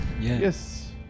Yes